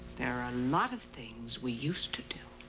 there are a lot of things we used to do.